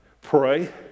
pray